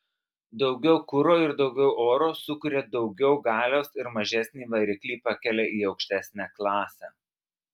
daugiau kuro ir daugiau oro sukuria daugiau galios ir mažesnį variklį pakelia į aukštesnę klasę